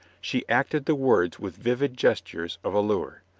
she acted the words with vivid gestures of allure.